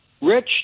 Rich